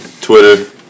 Twitter